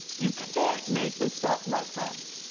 you can't make this up, my friends.